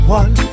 one